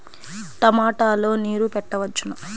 టమాట లో నీరు పెట్టవచ్చునా?